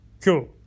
cool